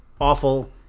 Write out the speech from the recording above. awful